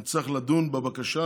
יצטרך לדון בבקשה,